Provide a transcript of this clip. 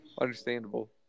Understandable